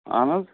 اَہَن حظ